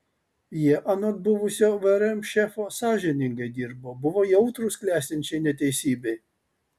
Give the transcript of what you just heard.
jie anot buvusio vrm šefo sąžiningai dirbo buvo jautrūs klestinčiai neteisybei